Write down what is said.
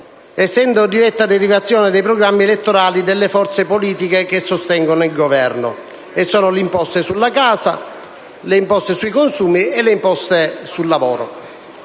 essendo diretta derivazione dei programmi elettorali delle forze politiche che sostengono il Governo, e sono le imposte sulla casa, le imposte sui consumi e quelle sul lavoro.